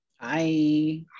Hi